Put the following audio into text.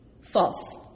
False